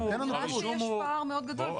נראה שיש פער מאוד גדול.